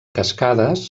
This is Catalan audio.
cascades